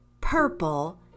purple